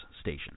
station